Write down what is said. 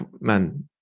Man